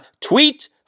Tweet